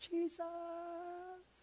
Jesus